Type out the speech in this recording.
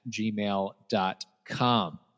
gmail.com